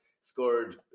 scored